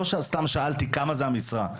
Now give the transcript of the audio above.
לא סתם שאלתי כמה זה המשרה,